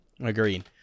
Agreed